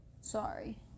Sorry